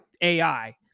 AI